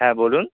হ্যাঁ বলুন